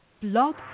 blog